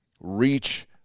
reach